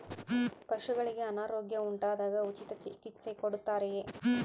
ಪಶುಗಳಿಗೆ ಅನಾರೋಗ್ಯ ಉಂಟಾದಾಗ ಉಚಿತ ಚಿಕಿತ್ಸೆ ಕೊಡುತ್ತಾರೆಯೇ?